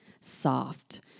soft